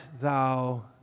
thou